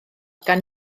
gan